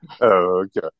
okay